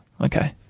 okay